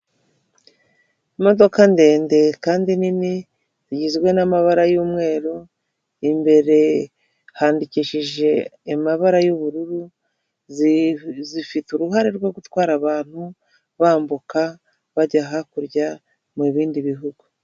Imodoka ndende kandi nini zigizwe n'amabara y'umweru imbere handikishije amabara y'ubururu zifite uruhare rwo gutwara abantu bambuka bajya hakurya mu bindi bihugu.